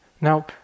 Now